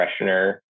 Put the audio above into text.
freshener